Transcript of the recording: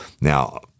Now